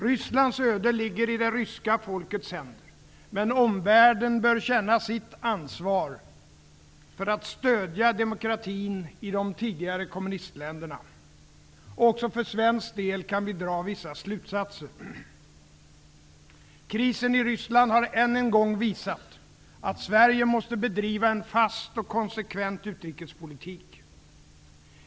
Rysslands öde ligger i det ryska folkets händer, men omvärlden bör känna sitt ansvar för att stödja demokratin i de tidigare kommunistländerna. Också för svensk del kan vi dra vissa slutsatser: Krisen i Ryssland har än en gång visat att Sverige måste bedriva en fast och konsekvent utrikespolitik.